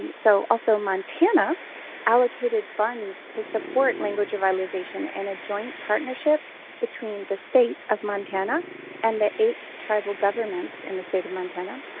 so also, montana allocated funds to support language revitalization in and a joint partnership between the state of montana and the eight tribal governments in the state of montana.